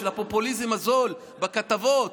של הפופוליזם הזול בכתבות.